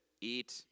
eat